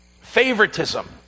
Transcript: favoritism